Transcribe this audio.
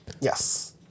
Yes